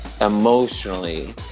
emotionally